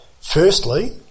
Firstly